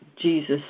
Jesus